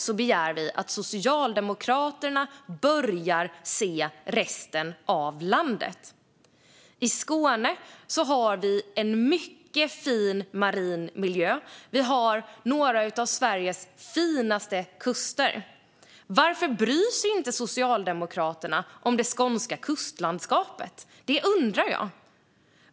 Vi begär däremot att Socialdemokraterna börjar se resten av landet. I Skåne har vi en mycket fin marin miljö. Vi har några av Sveriges finaste kuster. Varför bryr sig inte Socialdemokraterna om det skånska kustlandskapet? Det undrar jag.